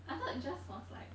I thought it just was like